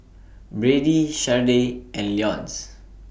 Brady Sharday and Leonce